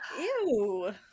ew